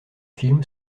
film